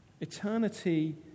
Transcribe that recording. Eternity